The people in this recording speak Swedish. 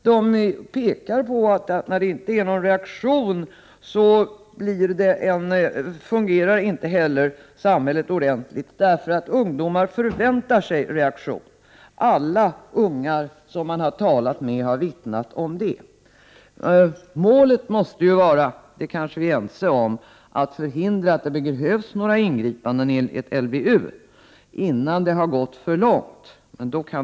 Man pekar på att när det inte blir någon reaktion, fungerar inte heller samhället ordentligt. Ungdomar förväntar sig en reaktion. Alla unga som man har talat med har vittnat om det. Målet måste vara — det är vi kanske ense om -— att förhindra att det går så långt att några ingripanden enligt LVU behövs.